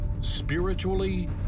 Spiritually